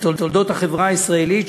ובתולדות החברה הישראלית.